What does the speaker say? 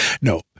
No